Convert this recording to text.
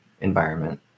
environment